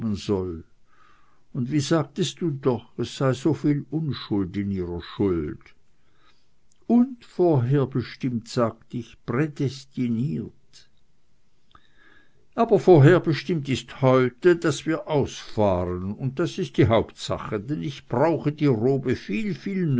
und wie sagtest du doch es sei so viel unschuld in ihrer schuld und vorherbestimmt sagt ich prädestiniert aber vorherbestimmt ist heute daß wir ausfahren und das ist die hauptsache denn ich brauche die robe viel viel